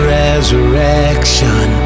resurrection